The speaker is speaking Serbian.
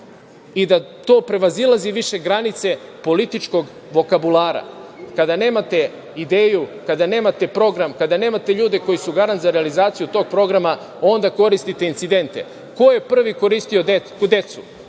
i da to pravazilazi više granice političkog vokabulara. Kada nemate ideju, kada nemate program, kada nemate ljude koji su garant za realizaciju tog programa, onda koristite incidente. Ko je prvi koristio decu?